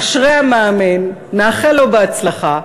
אשרי המאמין, נאחל לו הצלחה,